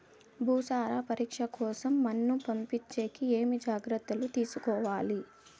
భూసార పరీక్ష కోసం మన్ను పంపించేకి ఏమి జాగ్రత్తలు తీసుకోవాలి?